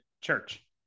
church